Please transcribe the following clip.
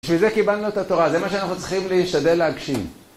בשביל זה קיבלנו את התורה, זה מה שאנחנו צריכים להשתדל להגשים.